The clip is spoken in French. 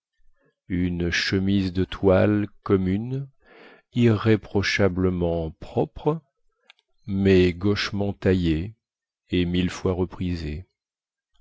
une chemise de toile commune irréprochablement propre mais gauchement taillée et mille fois reprisée